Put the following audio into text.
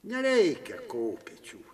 nereikia kopėčių